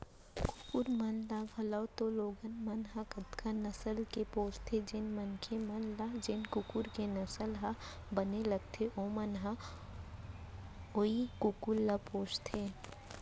कुकुर मन ल घलौक तो लोगन मन ह कतका नसल के पोसथें, जेन मनसे मन ल जेन कुकुर के नसल ह बने लगथे ओमन ह वोई कुकुर ल पोसथें